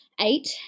eight